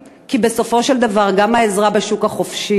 כי בסופו של דבר גם העזרה בשוק החופשי,